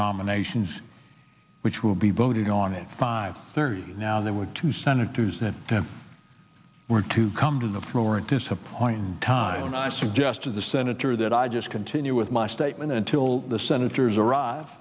nominations which will be voted on it five thirty now there were two senators that were to come to the floor and disappointing time and i suggest to the senator that i just continue with my statement until the senators arrive